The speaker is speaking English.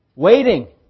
Waiting